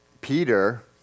Peter